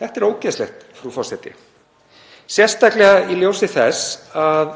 Þetta er ógeðslegt, frú forseti, sérstaklega í ljósi þess að